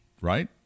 right